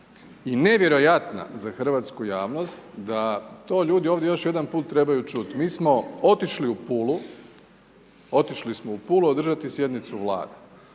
i nevjerojatna za hrvatsku javnost da to ljudi ovdje još jedan put trebaju čuti. Mi smo otišli u Pulu, otišli smo u Pulu održati sjednicu Vlade.